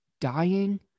dying